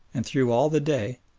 and through all the day,